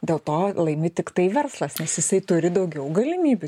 dėl to laimi tiktai verslas nes jisai turi daugiau galimybių